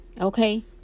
Okay